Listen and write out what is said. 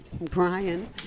Brian